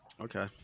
Okay